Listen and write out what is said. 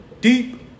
deep